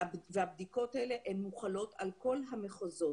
והבדיקות האלה מוחלות על כול המחוזות.